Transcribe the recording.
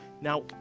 Now